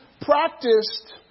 practiced